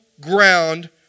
ground